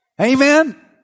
Amen